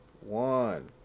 one